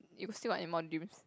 you still got any modules